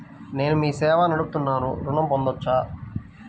నేను మీ సేవా నడుపుతున్నాను ఋణం పొందవచ్చా?